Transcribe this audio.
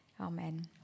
Amen